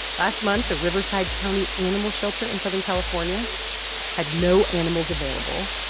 last month, the riverside county animal shelter in southern california had no animals available.